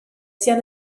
sia